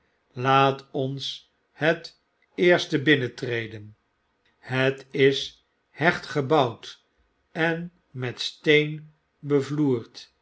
laat ons het eerste binnentreden het is hecht gebouwd en met steen bevloerd